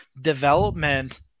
development